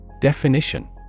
Definition